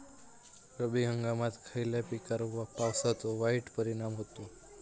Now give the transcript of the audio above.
रब्बी हंगामात खयल्या पिकार पावसाचो वाईट परिणाम होता?